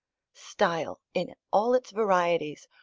style in all its varieties,